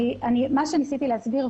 מה שניסיתי להסביר,